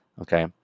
Okay